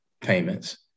payments